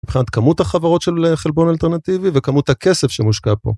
מבחינת כמות החברות של חלבון אלטרנטיבי וכמות הכסף שמושקע פה.